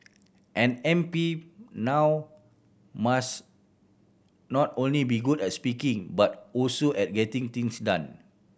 an M P now must not only be good at speaking but also at getting things done